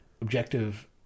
objective